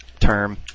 term